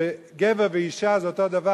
שגבר ואשה זה אותו דבר.